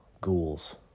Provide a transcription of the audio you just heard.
ghouls